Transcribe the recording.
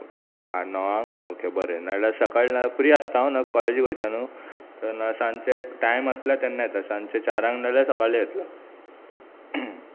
okay सा आ णवांग ओके बरें नाल्या सकाळ ना फ्री आसता हांव ना कॉलेजीक वयता न्हू तर सांचे टायम आसल्यार तेन्ना येता सांचे चारांक ना जाल्यार सकालीं येतलो